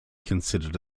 considered